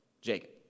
Jacob